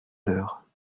l’heure